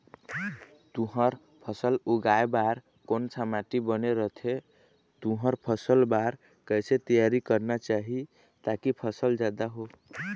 तुंहर फसल उगाए बार कोन सा माटी बने रथे तुंहर फसल बार कैसे तियारी करना चाही ताकि फसल जादा हो?